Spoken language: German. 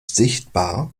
sichtbar